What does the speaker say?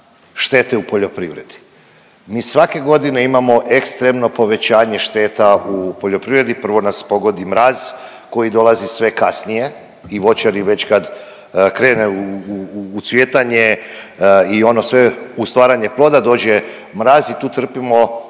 štete u poljoprivredi. Mi svake godine imamo ekstremno povećanje šteta u poljoprivredi, prvo nas pogodi mraz koji dolazi sve kasnije i voćari već kad krene u cvjetanje i ono sve, u stvaranje ploda, dođe mraz i tu trpimo